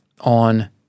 on